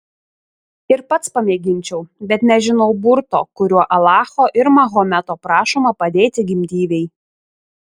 ir pats pamėginčiau bet nežinau burto kuriuo alacho ir mahometo prašoma padėti gimdyvei